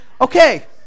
okay